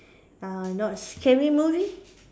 uh not scary movie